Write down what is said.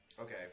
Okay